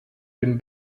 den